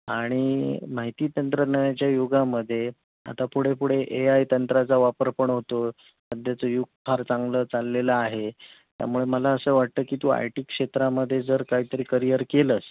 आणि माहिती तंत्रज्ञानाच्या युगामध्ये आता पुढे पुढे ए आय तंत्राचा वापर पण होतो सध्याचं युग फार चांगलं चाललेलं आहे त्यामुळे मला असं वाटतं की तू आय टी क्षेत्रामध्ये जर काही तरी करिअर केलंस